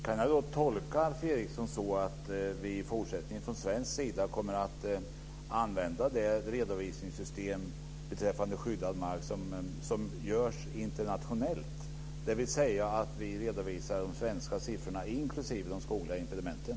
Fru talman! Kan jag då tolka Alf Eriksson på det sättet att vi i fortsättningen från svensk sida kommer att använda det redovisningssystem beträffande skyddad mark som används internationellt, dvs. att vi redovisar de svenska siffrorna inklusive de skogliga impedimenten?